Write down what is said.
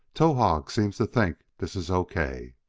towahg seems to think this is o. k.